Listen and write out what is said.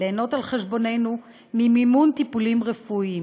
ליהנות על חשבוננו ממימון טיפולים רפואיים.